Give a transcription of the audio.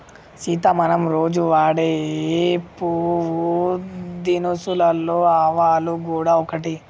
సీత మనం రోజు వాడే పోపు దినుసులలో ఆవాలు గూడ ఒకటి